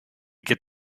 get